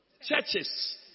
churches